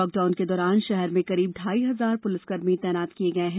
lockdown के दौरान शहर में करीब ढाई हजार पुलिसकर्मी तैनात किये गये हैं